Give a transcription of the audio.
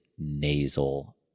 nasal